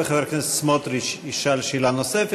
וחבר הכנסת סמוטריץ ישאל שאלה נוספת,